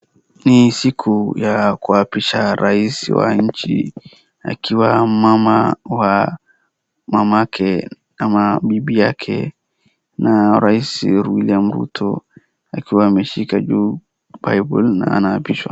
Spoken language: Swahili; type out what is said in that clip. Hii siku ya kuapisha rais wa nchi akiwa mama wa mamake ama bibi yake na rais William Ruto akishika juu bible na anaapishwa.